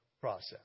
process